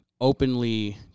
openly